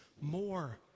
more